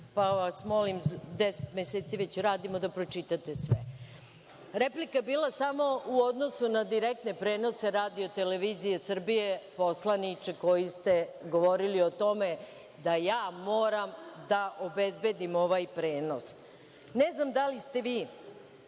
Pa vas molim, deset meseci već radimo, da pročitate sve. Replika je bila samo u odnosu na direktne prenose RTS-a, poslaniče koji ste govorili o tome da ja moram da obezbedim ovaj prenos. Ne znam da li ste vi,